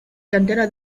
cantera